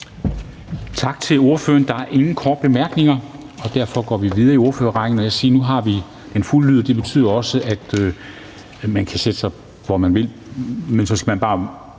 Tak til ordføreren. Der er ingen korte bemærkninger, og derfor går vi videre i ordførerrækken. Jeg kan se, har vi nu har den fulde lyd, og det betyder også, at man nu må sætte sig, hvor man vil. Så skal man bare